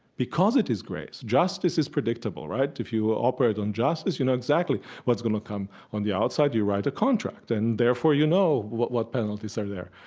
because it is grace. justice is predictable, right? if you ah operate on justice, you know exactly what's going to come. on the outside you write a contract, and therefore you know what what penalties are there.